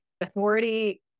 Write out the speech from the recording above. Authority